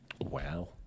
wow